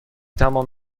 تمام